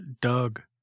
Doug